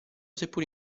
seppur